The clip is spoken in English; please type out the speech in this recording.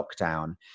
lockdown